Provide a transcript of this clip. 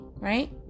right